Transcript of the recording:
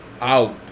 out